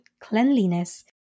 cleanliness